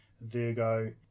virgo